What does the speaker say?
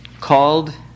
called